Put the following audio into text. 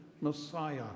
Messiah